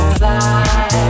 fly